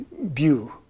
view